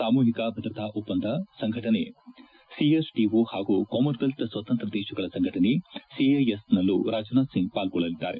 ಸಾಮೂಹಿಕ ಭದ್ರತಾ ಒಪ್ಪಂದ ಸಂಘಟನೆ ಸಿಎಸ್ಟಓ ಹಾಗೂ ಕಾಮನ್ವೆಲ್ತ್ ಸ್ವತಂತ್ರ ದೇಶಗಳ ಸಂಘಟನೆ ಸಿಐಎಸ್ನಲ್ಲೂ ರಾಜನಾಥ್ ಸಿಂಗ್ ಪಾರ್ಗೊಳ್ಳಲಿದ್ದಾರೆ